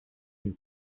une